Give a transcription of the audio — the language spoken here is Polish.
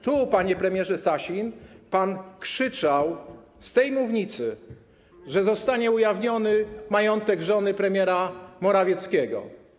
Tu, panie premierze Sasin, pan krzyczał, z tej mównicy, że zostanie ujawniony majątek żony premiera Morawieckiego.